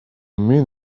mean